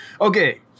Okay